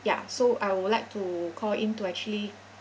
ya so I would like to call in to actually